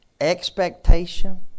expectation